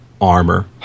armor